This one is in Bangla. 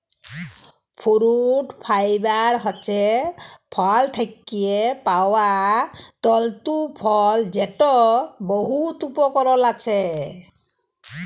ফুরুট ফাইবার হছে ফল থ্যাকে পাউয়া তল্তু ফল যেটর বহুত উপকরল আছে